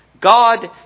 God